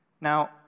Now